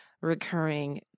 recurring